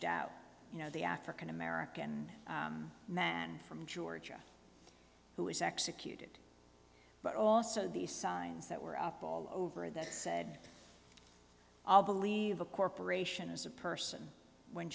doubt you know the african american man from georgia who was executed but also these signs that were up all over that said i'll believe a corporation is a person when